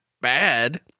bad